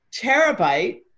Terabyte